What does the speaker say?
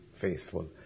faithful